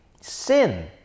sin